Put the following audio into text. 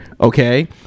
Okay